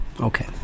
Okay